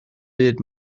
byd